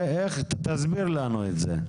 איך, תסביר לנו את זה.